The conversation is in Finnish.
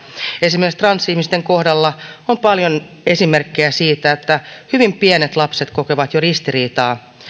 esimerkiksi transihmisten kohdalla on paljon esimerkkejä siitä että jo hyvin pienet lapset kokevat ristiriitaa